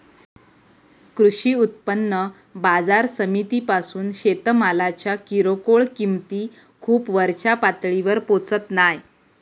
कृषी उत्पन्न बाजार समितीपासून शेतमालाच्या किरकोळ किंमती खूप वरच्या पातळीवर पोचत नाय